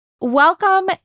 welcome